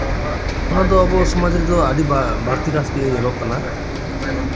ᱚᱱᱟᱫᱚ ᱟᱵᱚ ᱥᱚᱢᱟᱡ ᱨᱮᱫᱚ ᱟᱹᱰᱤ ᱵᱟᱹᱲᱛᱤ ᱠᱟᱭᱛᱮ ᱧᱮᱞᱚᱜ ᱠᱟᱱᱟ